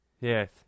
Yes